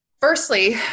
firstly